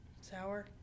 Sour